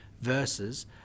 Versus